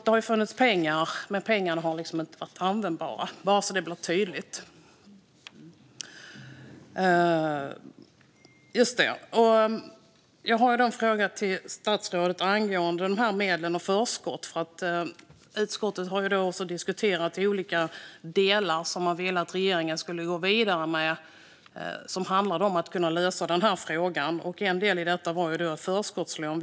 Det har funnits pengar, men pengarna har liksom inte varit användbara. Det vill jag säga bara så att det blir tydligt. Jag har en fråga till statsrådet angående de här medlen och förskott. Utskottet har ju också diskuterat olika delar som man ville att regeringen skulle gå vidare med som handlade om att kunna lösa den här frågan. En del i detta var förskottslån.